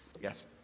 Yes